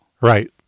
right